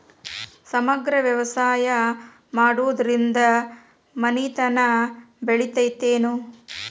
ಸಮಗ್ರ ವ್ಯವಸಾಯ ಮಾಡುದ್ರಿಂದ ಮನಿತನ ಬೇಳಿತೈತೇನು?